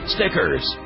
Stickers